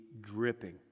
dripping